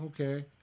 Okay